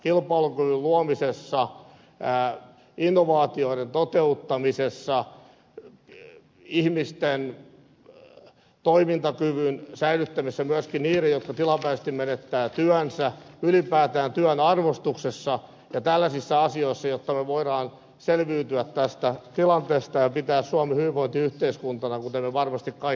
kilpailukyvyn luomisessa innovaatioiden toteuttamisessa ihmisten toimintakyvyn säilyttämisessä myöskin niiden jotka tilapäisesti menettävät työnsä ylipäätään työn arvostuksessa ja tällaisissa asioissa jotta me voimme selviytyä tästä tilanteesta ja pitää suomi hyvinvointiyhteiskuntana kuten me varmasti kaikki haluamme